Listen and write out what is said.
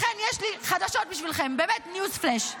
לכן יש לי חדשות בשבילכם, ניוז-פלאש: